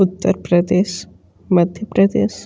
Uttar Pradesh Madhya Pradesh